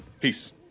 Peace